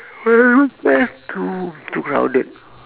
paya lebar square too too crowded